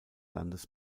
landes